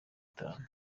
itanu